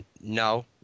No